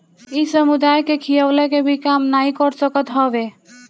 इ समुदाय के खियवला के भी काम नाइ कर सकत हवे